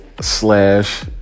slash